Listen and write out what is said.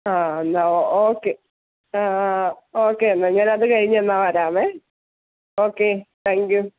ആ എന്നാൽ oh okay ആ ആ ഓക്കെ എന്നാൽ ഞാൻ അത് കഴിഞ്ഞെന്നാൽ വരാമേ ഓക്കെ താങ്ക് യു